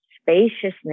spaciousness